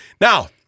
Now